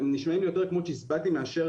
הם נשמעים יותר כמו צ'יזבטים מאשר